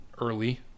early